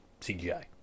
CGI